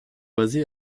basé